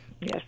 Yes